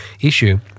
issue